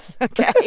Okay